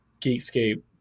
Geekscape